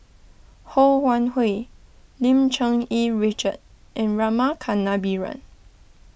Ho Wan Hui Lim Cherng Yih Richard and Rama Kannabiran